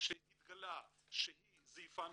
התגלה שהיא זייפה מסמכים,